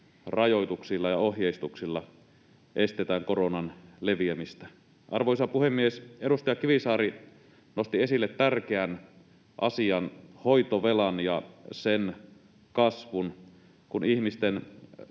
rajoituksilla ja ohjeistuksilla estetään koronan leviämistä. Arvoisa puhemies! Edustaja Kivisaari nosti esille tärkeän asian, hoitovelan ja sen kasvun. Kun ihmisten